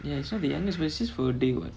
ya so the youngest will cease for a day [what]